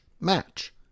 match